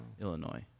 Illinois